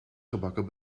gebakken